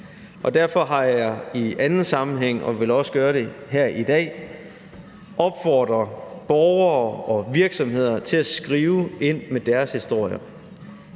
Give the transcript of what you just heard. gøre det her i dag – opfordret borgere og virksomheder til at skrive ind med deres historier.